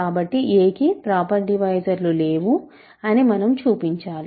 కాబట్టి a కి proper డివైజర్లు లేవు అని మనం చూపించాలి